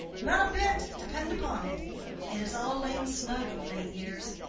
not a bit, depend upon it it has all lain snug of late years.